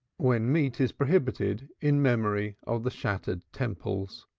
when meat is prohibited in memory of the shattered temples.